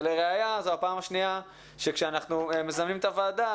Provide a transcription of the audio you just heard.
ולראיה שזו הפעם השנייה שכאשר אנחנו מזמנים את הוועדה,